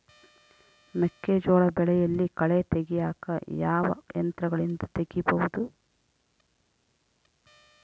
ಮೆಕ್ಕೆಜೋಳ ಬೆಳೆಯಲ್ಲಿ ಕಳೆ ತೆಗಿಯಾಕ ಯಾವ ಯಂತ್ರಗಳಿಂದ ತೆಗಿಬಹುದು?